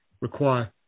require